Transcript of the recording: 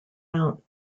mount